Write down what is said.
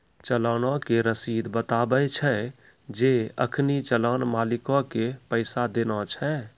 चलानो के रशीद बताबै छै जे अखनि चलान मालिको के पैसा देना छै